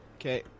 Okay